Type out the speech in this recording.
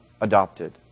adopted